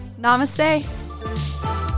Namaste